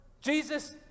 Jesus